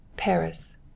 Paris